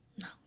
No